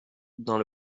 dans